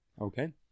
Okay